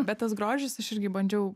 bet tas grožis aš irgi bandžiau